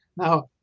Now